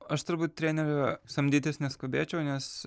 aš turbūt trenerio samdytis neskubėčiau nes